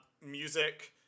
music